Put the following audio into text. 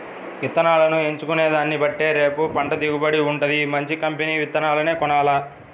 ఇత్తనాలను ఎంచుకునే దాన్నిబట్టే రేపు పంట దిగుబడి వుంటది, మంచి కంపెనీ విత్తనాలనే కొనాల